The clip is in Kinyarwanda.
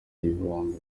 ibihumbi